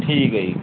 ਠੀਕ ਹੈ ਜੀ